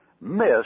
miss